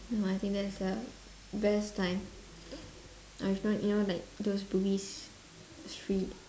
no I think that's the best time or if not you know like those bugis street